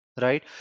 right